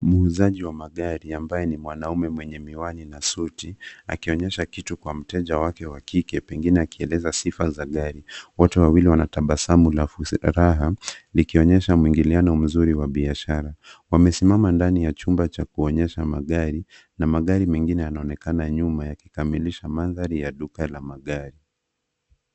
Muzaji wa magari ambaye ni mwanaume mwenye miwani na suti. Akionyesha kitu kwa mteja wake wakike pengina akieleza sifa za gari. Wote wawili wanatabasamu la furaha likionyesha mwingiliano mzuri wa biashara. Wamesimama ndani ya chumba cha kuonyesha magari na magari mingine yanonekana nyuma ya kukamilisha mandhari ya duka la magari.